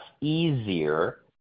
easier